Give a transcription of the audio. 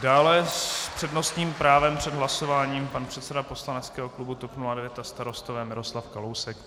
Dále s přednostním právem před hlasováním pan předseda poslaneckého klubu TOP 09 a Starostové Miroslav Kalousek.